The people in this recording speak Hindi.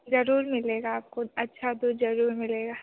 ज़रूर मिलेगा आपको अच्छा दूध ज़रूर मिलेगा